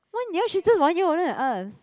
one year she just one year older than us